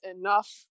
enough